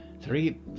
Three